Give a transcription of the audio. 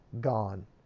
gone